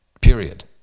Period